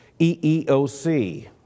EEOC